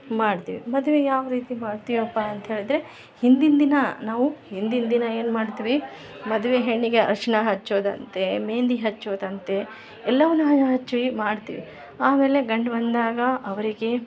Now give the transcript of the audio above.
ಮಾಡ್ತೀವಿ ಮದುವೆ ಯಾವ ರೀತಿ ಮಾಡ್ತೀವಪ್ಪ ಅಂತೇಳಿದರೆ ಹಿಂದಿನ ದಿನ ನಾವು ಹಿಂದಿನ ದಿನ ಏನು ಮಾಡ್ತೀವಿ ಮದುವೆ ಹೆಣ್ಣಿಗೆ ಅರ್ಶಿನ ಹಚ್ಚೋದು ಅಂತೆ ಮೆಹಂದಿ ಹಚ್ಚೋದು ಅಂತೆ ಎಲ್ಲವನ್ನು ಹಚ್ಚಿ ಮಾಡ್ತೀವಿ ಆಮೇಲೆ ಗಂಡು ಬಂದಾಗ ಅವರಿಗೆ